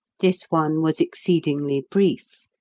this one was exceedingly brief.